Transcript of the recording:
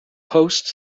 hosts